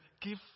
give